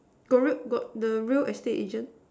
got real got the real estate agent